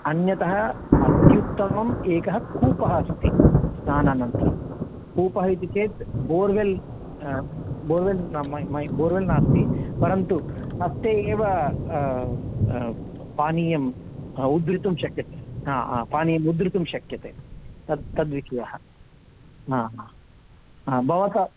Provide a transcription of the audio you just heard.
अन्यतः अत्युत्तमम् एकः कूपः अस्ति स्नानानन्तरं कूपः इति चेत् बोर्वेल् बोर्वेल् ना मै मै बोर्वेल् नास्ति परन्तु हस्ते एव पानीयं उद्ध्रितुं शक्यते हा हा पानीयम् उद्ध्रितुं शक्यते तत् तद् विषयः हा हा हा भवता